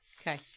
Okay